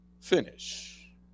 finish